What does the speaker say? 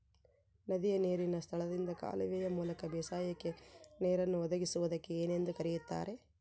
ನದಿಯ ನೇರಿನ ಸ್ಥಳದಿಂದ ಕಾಲುವೆಯ ಮೂಲಕ ಬೇಸಾಯಕ್ಕೆ ನೇರನ್ನು ಒದಗಿಸುವುದಕ್ಕೆ ಏನೆಂದು ಕರೆಯುತ್ತಾರೆ?